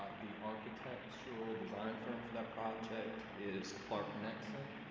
the architectural design firm for that project is clark nexen.